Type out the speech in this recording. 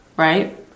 Right